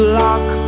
lock